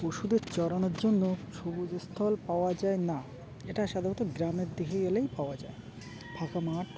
পশুদের চড়ানোর জন্য সবুজ স্থল পাওয়া যায় না এটা সাধারণত গ্রামের দিকে এলেই পাওয়া যায় ফাঁকা মাঠ